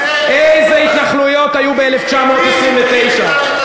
איזה התנחלויות היו ב-1929?